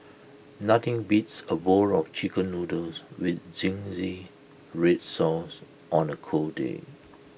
nothing beats A bowl of Chicken Noodles with Zingy Red Sauce on A cold day